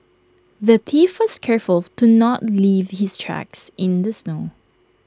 the thief was careful to not leave his tracks in the snow